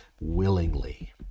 willingly